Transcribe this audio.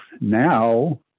now